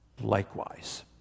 likewise